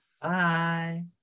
Bye